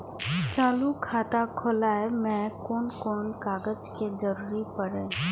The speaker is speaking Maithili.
चालु खाता खोलय में कोन कोन कागज के जरूरी परैय?